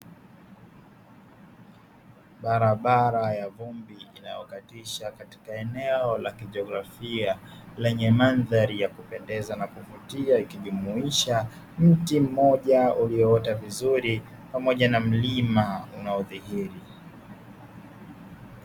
Barabara ya vumbi inayokatisha katika eneo la kijiografia, lenye mandhari ya kupendeza na kuvutia ikijumuisha mti mmoja ulioota vizuri pamoja na mlima unaodhihiri.